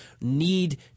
need